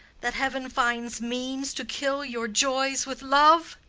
that heaven finds means to kill your joys with love!